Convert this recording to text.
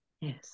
yes